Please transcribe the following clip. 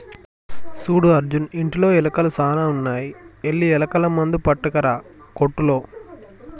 సూడు అర్జున్ ఇంటిలో ఎలుకలు సాన ఉన్నాయి వెళ్లి ఎలుకల మందు పట్టుకురా కోట్టులో